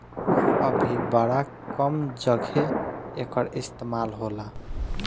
अभी बड़ा कम जघे एकर इस्तेमाल होला